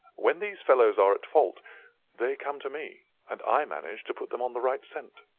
when these fellows are at fault they come to me, and i manage to put them on the right scent.